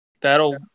that'll –